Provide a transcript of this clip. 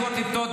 אדוני היו"ר.